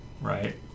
right